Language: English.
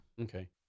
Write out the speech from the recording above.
okay